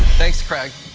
thanks, craig.